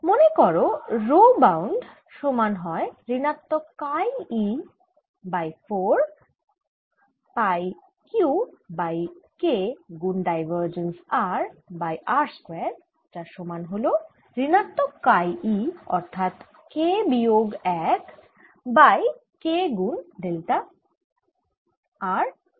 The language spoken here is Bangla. মনে করো রো বাউন্ড সমান হয় ঋণাত্মক chi e by 4 pi Q by K গুন divergence r by r square যার সমান হল ঋণাত্মক কাই e অর্থাৎ K বিয়োগ 1 বাই K গুন Q ডেল্টা r